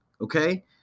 Okay